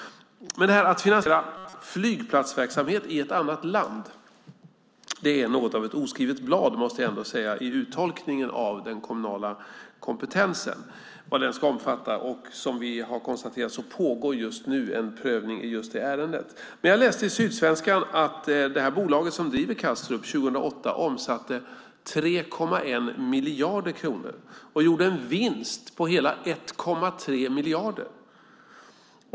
Men att finansiera flygplatsverksamhet i ett annat land är något av ett oskrivet blad, måste jag ändå säga, i uttolkningen av den kommunala kompetensen och vad den ska omfatta. Som vi har konstaterat pågår just nu en prövning i det ärendet. Jag läste i Sydsvenskan att det bolag som driver Kastrup 2008 omsatte 3,1 miljarder kronor och gjorde en vinst på hela 1,3 miljarder.